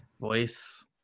voice